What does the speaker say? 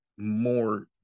More